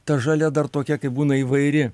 ta žalia dar tokia kai būna įvairi